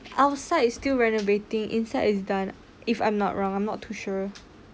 outside is still renovating inside is done if I'm not wrong I'm not too sure